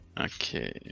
okay